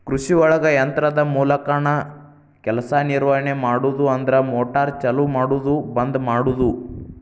ಕೃಷಿಒಳಗ ಯಂತ್ರದ ಮೂಲಕಾನ ಕೆಲಸಾ ನಿರ್ವಹಣೆ ಮಾಡುದು ಅಂದ್ರ ಮೋಟಾರ್ ಚಲು ಮಾಡುದು ಬಂದ ಮಾಡುದು